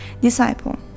Disciple